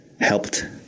helped